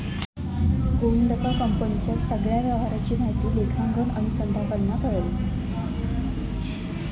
गोविंदका कंपनीच्या सगळ्या व्यवहाराची माहिती लेखांकन अनुसंधानाकडना कळली